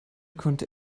konnte